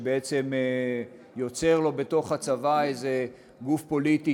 שבעצם יוצר לו בתוך הצבא איזה גוף פוליטי